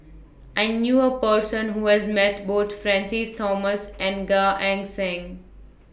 I knew A Person Who has Met Both Francis Thomas and Gan Eng Seng